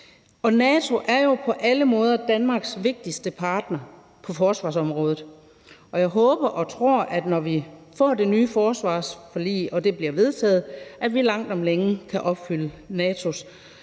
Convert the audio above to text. NATO er jo på alle måder Danmarks vigtigste partner på forsvarsområdet, og jeg håber og tror, at når vi får det nye forsvarsforlig og det bliver vedtaget, kan vi langt om længe opfylde NATO's